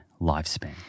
lifespan